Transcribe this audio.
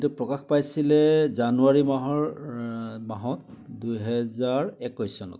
এইটো প্ৰকাশ পাইছিলে জানুৱাৰী মাহৰ মাহত দুহেজাৰ একৈছ চনত